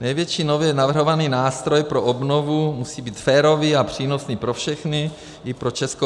Největší nově navrhovaný nástroj pro obnovu musí být férový a přínosný pro všechny, i pro ČR.